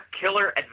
killer